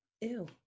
ew